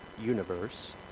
universe